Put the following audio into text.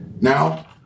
Now